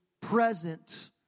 present